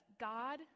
God